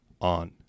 on